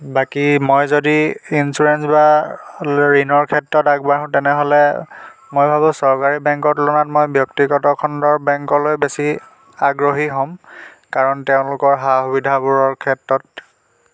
বাকী মই যদি ইঞ্চুৰেঞ্চ বা ঋণৰ ক্ষেত্ৰত আগবাঢ়ো তেনেহ'লে মই ভাবোঁ চৰকাৰী বেংকৰ তুলনাত মই ব্যক্তিগত খণ্ডৰ বেংকলৈ বেছি আগ্ৰহী হ'ম কাৰণ তেওঁলোকৰ সা সুবিধাবোৰৰ ক্ষেত্ৰত